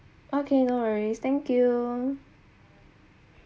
okay no worries thank you